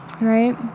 right